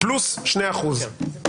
פלוס שני אחוזים.